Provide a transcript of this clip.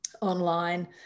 online